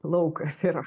laukas yra